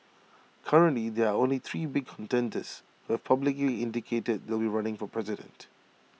currently there are only three big contenders who've publicly indicated that they'll be running for president